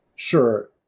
Sure